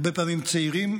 הרבה פעמים צעירים,